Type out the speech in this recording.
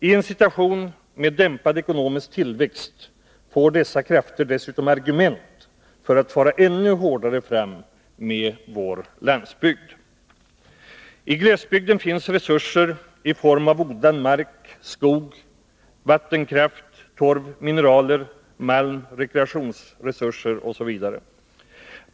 I en situation med dämpad ekonomisk tillväxt får dessa krafter dessutom argument för att fara ännu hårdare fram med vår landsbygd. I glesbygden finns resurser i form av odlad mark, skog, vattenkraft, torv, mineraler, malm, rekreationsresurser osv.